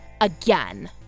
again